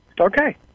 Okay